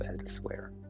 elsewhere